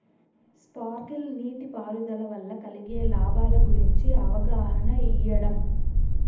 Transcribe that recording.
Sprinkle నీటిపారుదల వల్ల కలిగే లాభాల గురించి అవగాహన ఇయ్యడం?